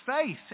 faith